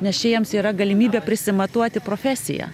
nes čia jiems yra galimybė prisimatuoti profesiją